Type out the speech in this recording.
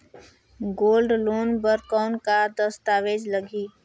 Gold loan बर कौन का दस्तावेज लगही?